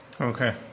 Okay